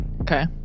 Okay